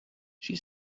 she